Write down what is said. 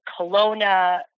Kelowna